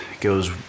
goes